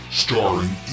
starring